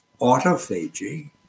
autophagy